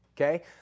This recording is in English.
Okay